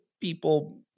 people